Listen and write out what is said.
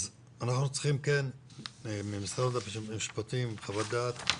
אז אנחנו צריכים ממשרד המשפטים חוות דעת.